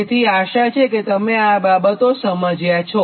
તેથી આશા છે કે તમે આ બાબતો સમજ્યા છો